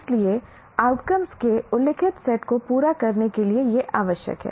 इसलिए आउटकम्स के उल्लिखित सेट को पूरा करने के लिए यह आवश्यक है